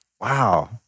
Wow